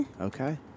Okay